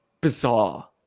Bizarre